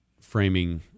framing